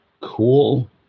cool